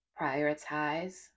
prioritize